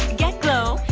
get glow.